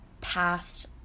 past